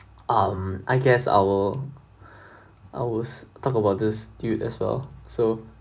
um I guess I will I will s~ talk about this dude as well so